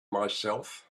myself